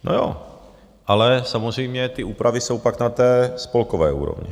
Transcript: No jo, ale samozřejmě ty úpravy jsou pak na té spolkové úrovni.